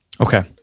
Okay